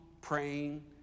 praying